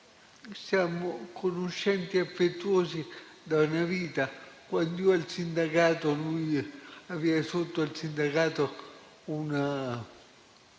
Siamo conoscenti affettuosi da una vita; quando io ero al sindacato, lui aveva sotto la sede una